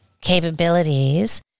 capabilities